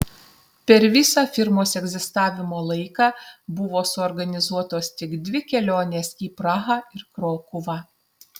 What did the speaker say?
per visą firmos egzistavimo laiką buvo suorganizuotos tik dvi kelionės į prahą ir krokuvą